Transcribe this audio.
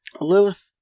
Lilith